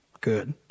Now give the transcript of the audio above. Good